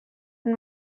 and